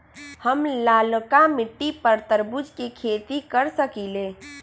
हम लालका मिट्टी पर तरबूज के खेती कर सकीले?